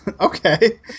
Okay